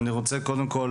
קודם כול,